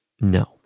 No